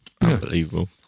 Unbelievable